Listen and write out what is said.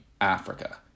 Africa